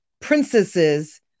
princesses